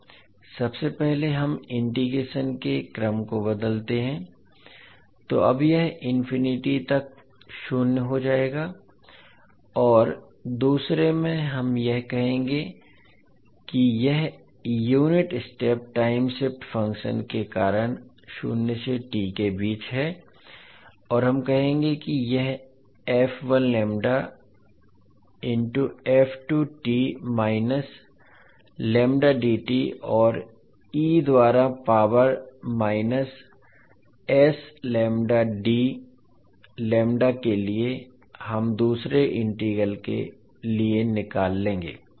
सबसे पहले हम इंटीग्रेशन के क्रम को बदलते हैं तो अब यह इन्फिनिटी तक शून्य हो जाएगा और दूसरे में हम यह कहेंगे कि यह unit step time shift function के कारण शून्य से t के बीच है और हम कहेंगे कि यह माइनस लैंबडा dt और e द्वारा power minus s lambda d lambda के लिए हम दूसरे इंटीग्रल के लिए निकाल लेंगे